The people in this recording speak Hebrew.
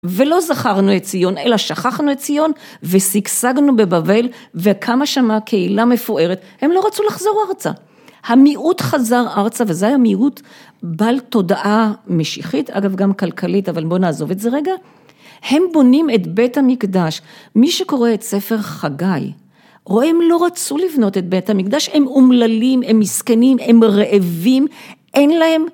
ולא זכרנו את ציון אלא שכחנו את ציון ושגשגנו בבבל וקמה שמה קהילה מפוארת, הם לא רצו לחזור ארצה. המיעוט חזר ארצה וזה היה מיעוט בל תודעה משיחית אגב גם כלכלית אבל בוא נעזוב את זה רגע. הם בונים את בית המקדש. מי שקורא את ספר חגי רואה הם לא רצו לבנות את בית המקדש, הם אומללים, הם מסכנים, הם רעבים, אין להם